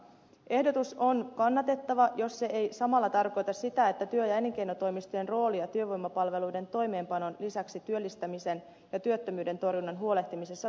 ehdotus on kannatettava jos se ei samalla tarkoita sitä että supistetaan työ ja elinkeinotoimistojen roolia työvoimapalveluiden toimeenpanon lisäksi työllistämisen ja työttömyyden torjunnasta huolehtimisessa